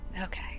Okay